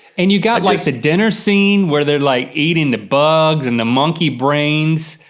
and you got like the dinner scene where they're like eating the bugs and the monkey brains.